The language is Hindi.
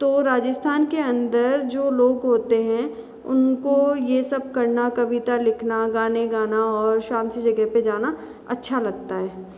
तो राजस्थान के अंदर जो लोग होते है उनको ये सब करना कविता लिखना गाने गाना और शांत सी जगह पर जाना अच्छा लगता है